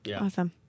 Awesome